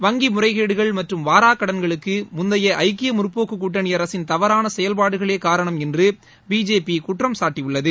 வங்கி முறைகேடுகள் மற்றும் வாராக் கடன்களுக்கு முந்தைய ஐக்கிய முற்போக்குக் கூட்டணி அரசின் தவறான செயல்பாடுகளே காரணம் என்று பிஜேபி குற்றம் சாட்டியுள்ளது